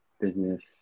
business